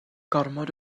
gormod